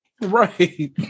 Right